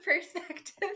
perspective